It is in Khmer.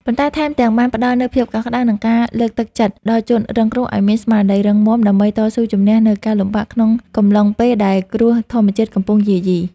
ប៉ុន្តែថែមទាំងបានផ្ដល់នូវភាពកក់ក្ដៅ និងការលើកទឹកចិត្តដល់ជនរងគ្រោះឱ្យមានស្មារតីរឹងមាំ ដើម្បីតស៊ូជម្នះនូវការលំបាកក្នុងកំឡុងពេលដែលគ្រោះធម្មជាតិកំពុងយាយី។